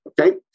okay